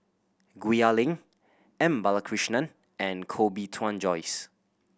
Gwee Ah Leng M Balakrishnan and Koh Bee Tuan Joyce